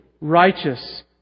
righteous